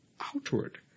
outward